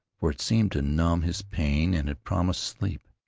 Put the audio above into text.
for it seemed to numb his pain and it promised sleep,